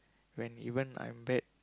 when even I'm bad